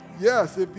Yes